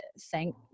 thank